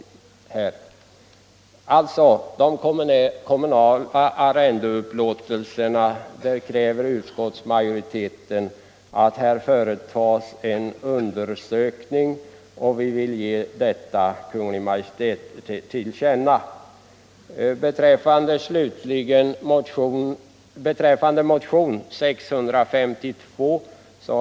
Beträffande de kommunala arrendeupplåtelserna kräver utskottsmajoriteten i punkt I av hemställan att det skall företas en undersökning, och vi vill ge Kungl. Maj:t detta till känna.